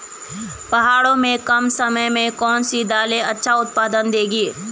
पहाड़ों में कम समय में कौन सी दालें अच्छा उत्पादन देंगी?